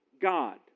God